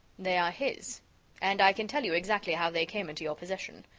they are his and i can tell you exactly how they came into your possession.